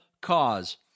cause